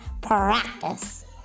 practice